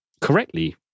correctly